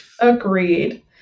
agreed